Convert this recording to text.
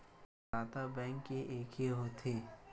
प्रदाता बैंक के एके होथे?